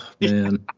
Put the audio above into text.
man